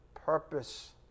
Purpose